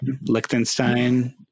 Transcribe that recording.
Liechtenstein